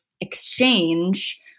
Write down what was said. exchange